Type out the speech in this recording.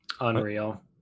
unreal